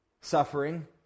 suffering